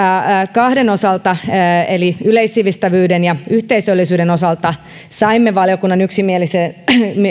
kahden osalta eli yleissivistävyyden ja yhteisöllisyyden osalta saimme valiokunnan yksimieliseksi